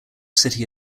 city